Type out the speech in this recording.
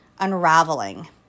unraveling